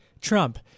Trump